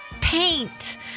paint